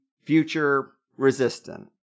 future-resistant